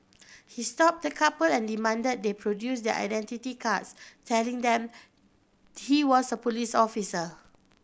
he stopped the couple and demanded they produce their identity cards telling them he was a police officer